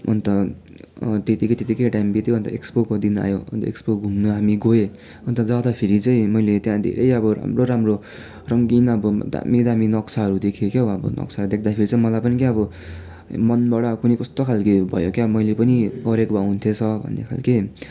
अन्त त्यतिकै त्यतिकै टाइम बित्यो अन्त एक्सपोको दिन आयो अन्त एक्सपो घुम्नु हामी गयौँ अन्त जाँदा फेरि चाहिँ मैले त्यहाँ धेरै अब राम्रो राम्रो रङ्गीन अब दामी दामी नक्साहरू देखेँ क्या हो अनि नक्सा देख्दाखेरि मलाई पनि क्या अब मनबाट कुन्नि कस्तो खालके भयो के मैले पनि गरेको भए हुने थिए छ भन्ने खालके